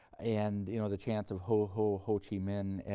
and you know the chants of ho-ho-ho chi minh,